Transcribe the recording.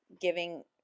giving